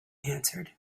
answered